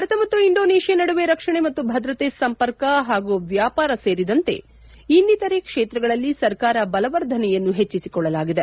ಭಾರತ ಮತ್ತು ಇಂಡೋನೇಷ್ತಾ ನಡುವೆ ರಕ್ಷಣೆ ಮತ್ತು ಭದ್ರತೆ ಸಂಪರ್ಕ ಮತ್ತು ವ್ಯಾಪಾರ ಸೇರಿದಂತೆ ಇನ್ನಿತರೆ ಕ್ಷೇತ್ರಗಳಲ್ಲಿ ಸಹಕಾರ ಬಲವರ್ಧನೆಯನ್ನು ಹೆಚ್ಚಿಸಿಕೊಳ್ಳಲಾಗಿದೆ